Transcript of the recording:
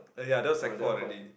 oh damn fun